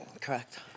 Correct